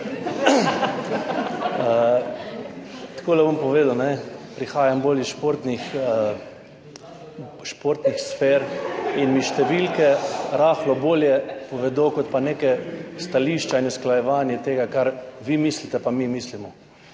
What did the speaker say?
Takole bom povedal, ne, prihajam bolj iz športnih sfer in mi številke rahlo bolje povedo kot pa neka stališča in usklajevanje tega, kar vi mislite, pa mi mislimo.